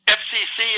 fcc